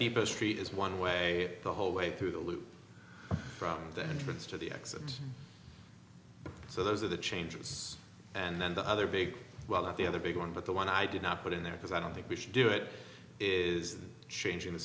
deepest street is one way the whole way through the loop from the entrance to the exit so those are the changes and then the other big well of the other big one but the one i did not put in there because i don't think we should do it is changing the